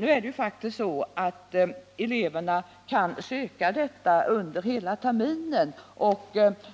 Nu kan faktiskt eleverna söka dessa tillägg under hela terminen, och